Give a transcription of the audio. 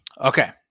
Okay